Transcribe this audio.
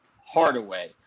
Hardaway